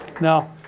Now